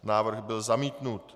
Návrh byl zamítnut.